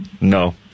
No